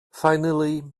finally